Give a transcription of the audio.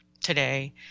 today